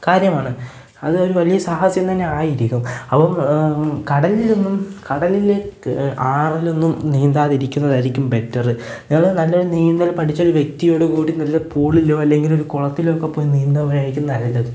കാര്യമാണ് അത് വലിയ സാഹസികം തന്നെയായിരിക്കും അപ്പോള് കടലിലൊന്നും കടലിലെ ആറിലൊന്നും നീന്താതിരിക്കുന്നതായിരിക്കും ബെറ്റര് ഞങ്ങള് നല്ലൊരു നീന്തൽ പഠിച്ച വ്യക്തിയോടു കൂടി വല്ല പൂളിലോ അല്ലെങ്കിലൊരു കുളത്തിലോ പോയി നീന്തുന്നതായിരിക്കും നല്ലത്